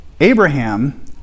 Abraham